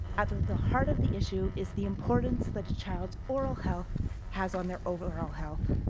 at the heart of the issue is the importance that a child's oral health has on their overall health.